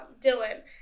Dylan